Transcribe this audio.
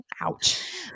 Ouch